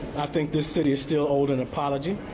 i think this city is still owed an apology.